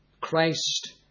Christ